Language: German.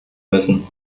müssen